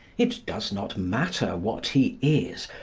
it does not matter what he is,